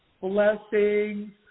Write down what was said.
blessings